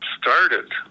started